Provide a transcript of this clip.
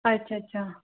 अच्छा अच्छा